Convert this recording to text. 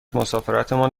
مسافرتمان